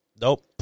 Nope